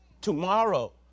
tomorrow